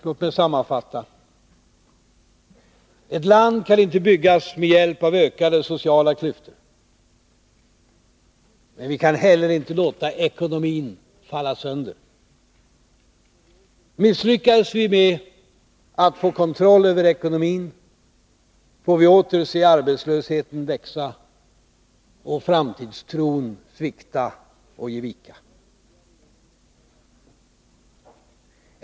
Låt mig sammanfatta. Ett land kan inte byggas med hjälp av ökade sociala klyftor. Men vi kan heller inte låta ekonomin falla sönder. Misslyckas vi med att få kontroll över ekonomin får vi åter se arbetslösheten växa och framtidstron svikta och ge vika.